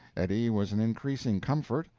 eddie was an increasing comfort,